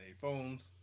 phones